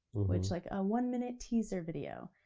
which like, a one-minute teaser video.